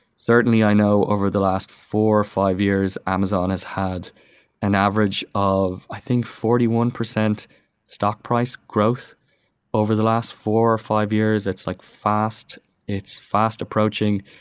certainly, i know over the last four, five years, amazon has had an average of i think forty one percent stock price growth over the last four or five years. it's like fast it's fast approaching,